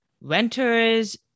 renters